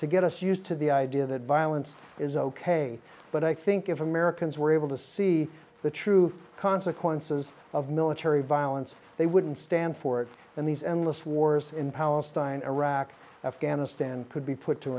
to get us used to the idea that violence is ok but i think if americans were able to see the true consequences of military violence they wouldn't stand for it and these endless wars in palestine iraq afghanistan could be put to